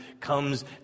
comes